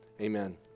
Amen